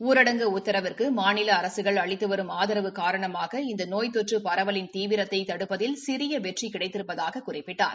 ஊரடங்கு உத்தரவிற்கு மாநில அரசுகள் அளித்து வரும் ஆதரவு காரணமாக இந்த நோய் தொற்று பரவலின் தீவிரத்தை தடுப்பதில் சிறிய வெற்றி கிடைத்திருப்பதாகக் குறிப்பிட்டார்